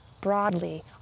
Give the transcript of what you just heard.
broadly